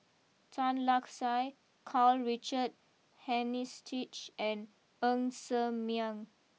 Tan Lark Sye Karl Richard Hanitsch and Ng Ser Miang